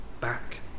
back